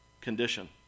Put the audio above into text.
condition